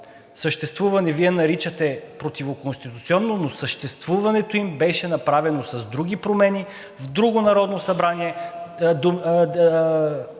съществуване Вие наричате противоконституционно, но съществуването им беше направено с други промени, в друго Народно събрание,